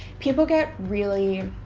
people get really